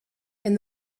and